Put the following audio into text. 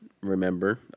remember